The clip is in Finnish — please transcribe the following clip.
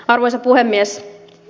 arvoisa puhemies